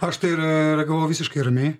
aš tai re reagavau visiškai ramiai